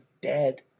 dead